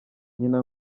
nyina